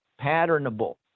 patternable